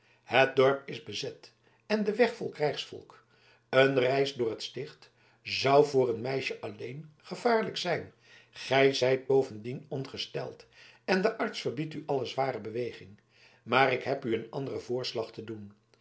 het dorp is bezet en de weg vol krijgsvolk een reis door het sticht zou voor een meisje alleen gevaarlijk zijn gij zijt bovendien ongesteld en de arts verbiedt alle zware beweging maar ik heb u een anderen voorslag te doen